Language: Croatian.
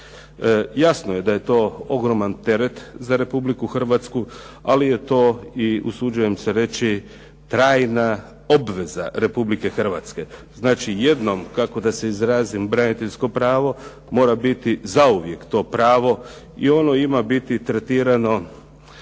Jasno je da je to ogroman teret za Republiku Hrvatsku, ali je to i usuđujem se reći trajna obveza Republike Hrvatske. Znači jednom kako da se izrazim braniteljsko pravo mora biti zauvijek to pravo i ono ima biti tretirano